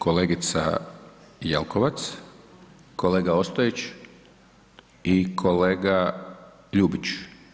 Kolegica Jelkovac, kolega Ostojić i kolega Ljubić?